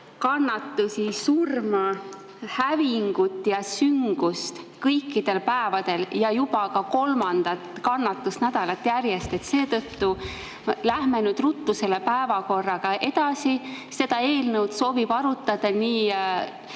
kannatusi, surma, hävingut ja süngust, kõikidel päevadel ja juba kolmandat kannatusnädalat järjest. Seetõttu lähme nüüd ruttu päevakorraga edasi. Seda eelnõu sobib arutada nii